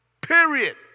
Period